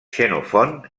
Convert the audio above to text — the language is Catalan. xenofont